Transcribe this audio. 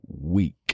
week